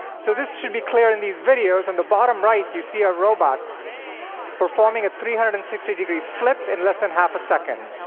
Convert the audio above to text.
so this should be clear in these videos. on and the bottom right, you see a robot performing a three hundred and sixty degree flip in less than half a second.